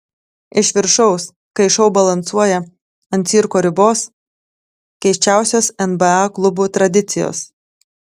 iš viršaus kai šou balansuoja ant cirko ribos keisčiausios nba klubų tradicijos